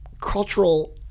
cultural